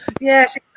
Yes